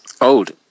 Old